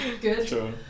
good